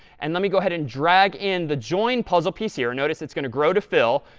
and let me go ahead and drag in the join puzzle piece here notice it's going to grow to fill,